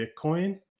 Bitcoin